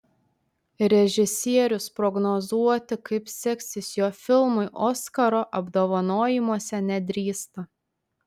režisierius prognozuoti kaip seksis jo filmui oskaro apdovanojimuose nedrįsta